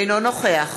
אינו נוכח